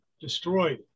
destroyed